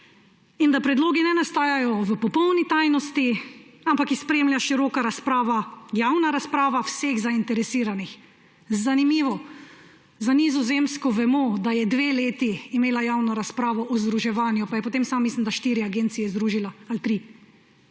in da predlogi ne nastajajo v popolni tajnosti, ampak jih spremlja široka razprava, javna razprava vseh zainteresiranih. Zanimivo, za Nizozemsko vemo, da je dve leti imela javno razpravo o združevanju, pa je potem samo, mislim da, štiri agencije združila ali tri.